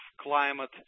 climate